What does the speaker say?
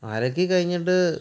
അലക്കി കഴിഞ്ഞിട്ട്